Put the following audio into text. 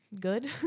good